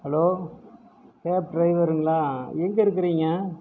hello cab டிரைவர்ருங்களா எங்கே இருக்குறீங்க